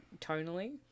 tonally